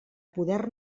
poder